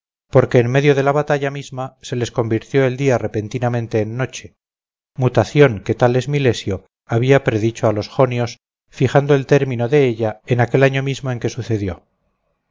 porque en medio de la batalla misma se les convirtió el día repentinamente en noche mutación que thales milesio había predicho a los jonios fijando el término de ella en aquel año mismo en que sucedió